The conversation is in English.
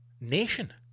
nation